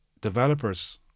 developers